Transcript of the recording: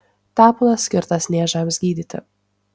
tepalas skirtas niežams gydyti